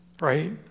right